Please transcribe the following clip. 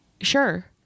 Sure